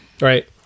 Right